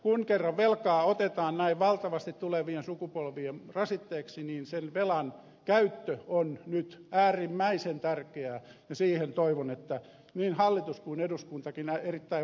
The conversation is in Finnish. kun kerran velkaa otetaan näin valtavasti tulevien sukupolvien rasitteeksi niin sen velan käyttö on nyt äärimmäisen tärkeää ja siihen toivon että niin hallitus kuin eduskuntakin erittäin vakavasti paneutuu